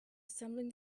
assembling